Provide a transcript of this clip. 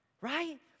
right